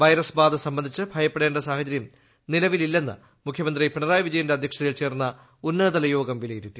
virus ബാധ സംബന്ധിച്ച് ഭയപ്പെടേണ്ട സാഹചര്യം നിലവിലില്ലെന്ന് മുഖ്യമന്ത്രി പിണറായി വിജയന്റെ അധ്യക്ഷതയിൽ ചേർന്ന ഉന്നതതലയോഗം വിലയിരുത്തി